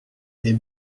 est